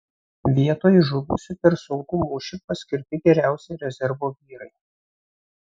vietoj žuvusių per sunkų mūšį paskirti geriausi rezervo vyrai